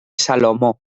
salomó